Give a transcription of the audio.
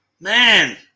Man